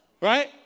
Right